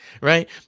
right